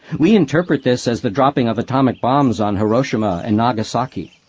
we interpret this as the dropping of atomic bombs on hiroshima and nagasaki.